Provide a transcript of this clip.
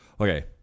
okay